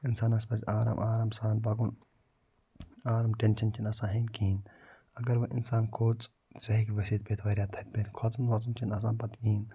اِنسانَس پَزِ آرام آرام سان پَکُن آرام ٹٮ۪نشَن چھِنہٕ آسان ہیٚنۍ کِہیٖنۍ اگر وۄنۍ اِنسان کھوٚژ سُہ ہٮ۪کہِ ؤسٕتھ پٮ۪تھ واریاہ تھَدِ پٮ۪ٹھ کھوژُن ووژُن چھُنہٕ آسان پَتہٕ کِہیٖنۍ